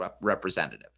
representative